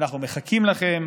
אנחנו מחכים לכם.